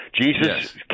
Jesus